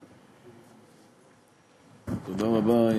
בבקשה.